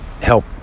help